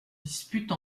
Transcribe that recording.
dispute